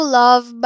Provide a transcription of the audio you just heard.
love